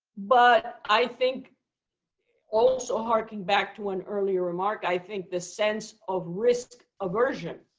but i think also harking back to an earlier remark, i think the sense of risk aversion